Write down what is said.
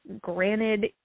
Granted